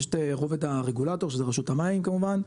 יש את רובד הרגולטור שזה רשות המים כמובן,